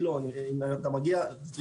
אם אתה מגיע לתל